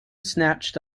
snatched